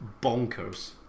bonkers